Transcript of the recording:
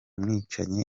mwicanyi